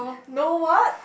no what